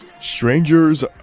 Strangers